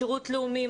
שירות לאומי,